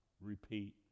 repeat